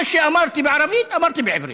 מה שאמרתי בערבית, אמרתי בעברית.